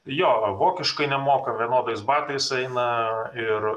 jo vokiškai nemoka vienodais batais aina ir